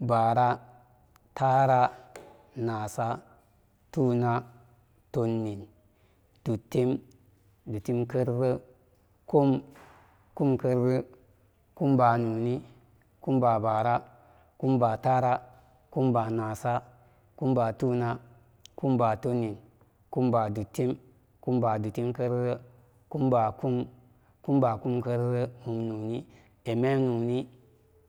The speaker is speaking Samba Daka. Báára táára náása tuna tunnin duttim duttim kerere kum kum kerere kumbáá nóóni kumbáá báára kumbáá táára kumbáá náása kumbáá tuna kumbáá tunnin kumbáá duttim kumbáá duttim kerere kumbáá kum kumbáá kum kerere mum nóóni imem nóóni